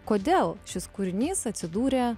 kodėl šis kūrinys atsidūrė